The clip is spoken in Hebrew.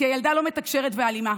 כי הילדה לא מתקשרת ואלימה.